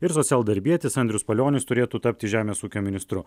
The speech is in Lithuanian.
ir socialdarbietis andrius palionis turėtų tapti žemės ūkio ministru